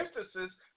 instances